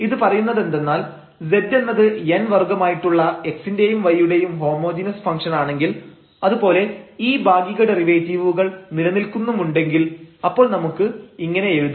ഇത് പറയുന്നതെന്തെന്നാൽ z എന്നത് n വർഗ്ഗമായിട്ടുള്ള x ന്റെയും y യുടെയും ഹോമോജീനസ് ഫംഗ്ഷൻആണെങ്കിൽ അത് പോലെ ഈ ഭാഗിക ഡെറിവേറ്റീവുകൾ നിലനിൽക്കുന്നുമുണ്ടെങ്കിൽ അപ്പോൾ നമുക്ക് ഇങ്ങനെ എഴുതാം